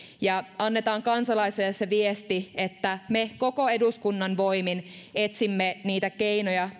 ja annetaan kansalaisille se viesti että me koko eduskunnan voimin etsimme niitä keinoja